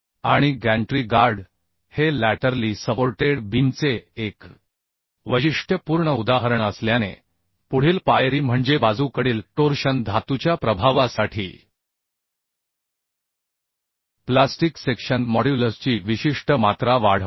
आणि gantry girder हे laterally supported बीमचे एक वैशिष्ट्यपूर्ण उदाहरण असल्याने पुढील पायरी म्हणजे बाजूकडील टोर्शन धातूच्या प्रभावासाठी प्लास्टिक सेक्शन मॉड्युलसची विशिष्ट मात्रा वाढवणे